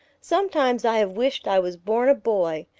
sometimes i have wished i was born a boy,